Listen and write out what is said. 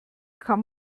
kann